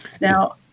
Now